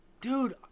Dude